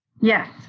Yes